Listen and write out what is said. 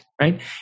Right